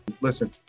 Listen